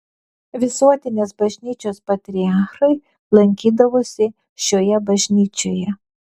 visuotinės bažnyčios patriarchai lankydavosi šioje bažnyčioje